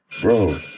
Bro